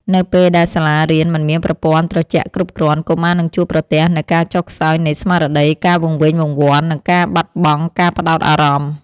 នៅពេលដែលសាលារៀនមិនមានប្រព័ន្ធត្រជាក់គ្រប់គ្រាន់ កុមារនឹងជួបប្រទះនូវការចុះខ្សោយនៃស្មារតី ការវង្វេងវង្វាន់ និងការបាត់បង់ការផ្តោតអារម្មណ៍។